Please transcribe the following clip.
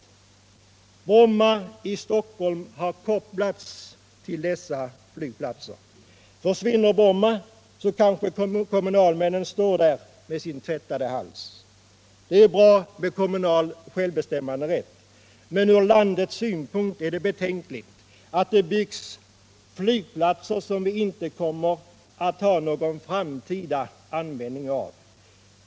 när Bromma i Stockholm har kopplats till dessa flygplatser. Försvinner = Flygplatsfrågan i Bromma kanske kommunalmännen står där med sin tvättade hals. Det — Stockholmsregioär bra med kommunal självbestämmanderätt, men från landets synpunkt — nen är det betänkligt att det byggs flygplatser, som vi inte kommer att ha någon framtida användning av.